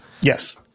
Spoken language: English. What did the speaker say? Yes